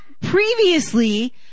previously